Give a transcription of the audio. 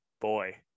boy